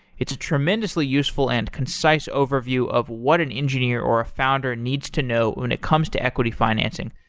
it's a tremendously useful and concise overview of what an engineer or a founder needs to know when it comes to equity financing.